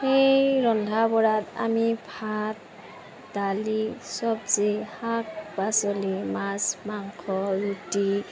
সেই ৰন্ধা বঢ়াত আমি ভাত দালি চবজী শাক পাচলি মাছ মাংস ৰুটী